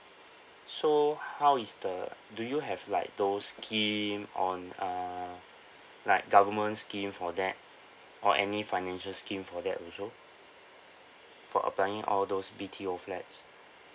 so how is the do you have like those scheme on uh like government scheme for that or any financial scheme for that also for applying all those B_T_O flats